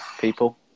people